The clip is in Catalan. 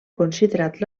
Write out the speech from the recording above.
considerat